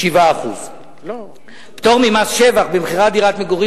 7%. פטור ממס שבח במכירת דירת מגורים